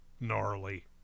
gnarly